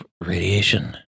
radiation